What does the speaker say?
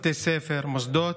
בתי ספר, מוסדות,